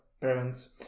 parents